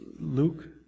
Luke